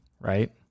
Right